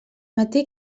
matí